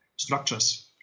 structures